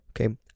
Okay